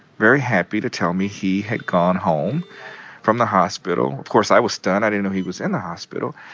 very happy to tell me he had gone home from the hospital. of course, i was stunned. i didn't know he was in the hospital.